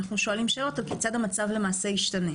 אנחנו שואלים כיצד המצב ישתנה.